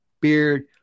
Beard